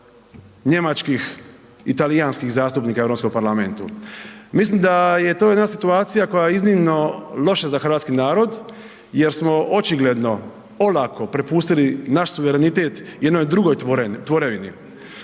njemačkih i talijanskih zastupnika u EU parlamentu. Mislim da je to jedna situacija koja je iznimno loša za hrvatski narod jer smo očigledno olako prepustili naš suverenitet jednoj drugoj tvorevini.